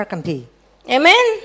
Amen